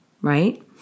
right